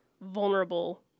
vulnerable